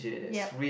yup